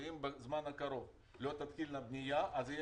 שאם בזמן הקרוב לא תתחיל הבנייה אז תהיה